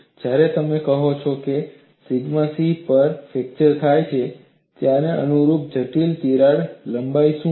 જ્યારે તમે કહો છો જ્યારે સિગ્મા c પર ફ્રેક્ચર થાય છે ત્યારે અનુરૂપ જટિલ તિરાડ લંબાઈ શું છે